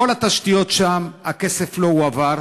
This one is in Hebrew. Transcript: כל התשתיות שם, הכסף לא הועבר.